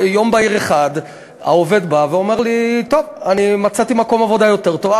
יום בהיר אחד העובד בא ואומר לי: אני מצאתי מקום עבודה יותר טוב,